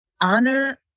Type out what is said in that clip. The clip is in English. honor